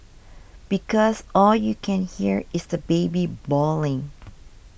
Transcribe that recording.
because all you can hear is the baby bawling